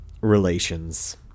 relations